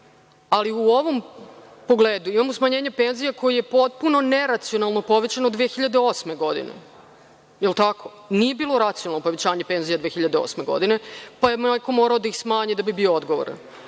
Ali, u ovom pogledu, imamo smanjenje penzija koje potpuno neracionalno povećano 2008. godine, je li tako? Nije bilo racionalno povećanje penzija 2008. godine, pa je neko morao da ih smanji da bi bio odgovoran. Godine